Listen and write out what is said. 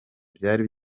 byari